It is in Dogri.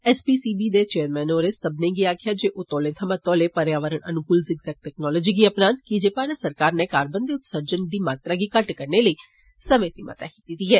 एस पी सी बी दे चेयरमैन होरें सब्बनें गी आक्खेआ जे ओ तौले थमां तौले पर्यावरण अनुकूल जिग जेग तकनालोजी गी अपनाने की जे भारत सरकार नै कार्बन दे उतर्सजन दी मात्रा गी घट्ट करने लेई समें सीमा तय कीती दी ऐ